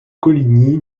coligny